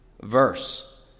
verse